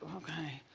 okay,